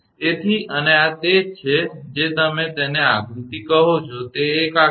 તેથી અને આ તે છે જે તમે તેને આકૃતિ કહો છો તે એક આકૃતિ